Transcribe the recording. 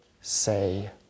say